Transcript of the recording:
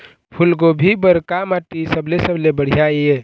फूलगोभी बर का माटी सबले सबले बढ़िया ये?